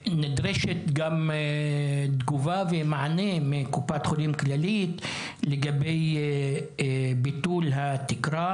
נדרשת גם תגובה ומענה מקופת חולים כללית לגבי ביטול התקרה